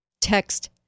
text